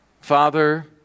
Father